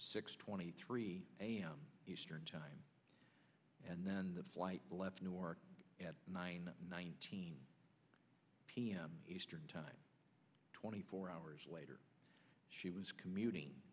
six twenty three a m eastern time and then the flight left new york at nine nineteen p m eastern time twenty four hours later she was commuting